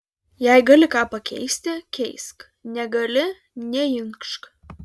jei gali ką pakeisti keisk negali neinkšk